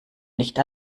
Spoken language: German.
nicht